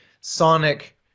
sonic